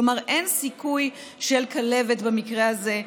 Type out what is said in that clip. כלומר אין סיכוי של כלבת במקרה הזה,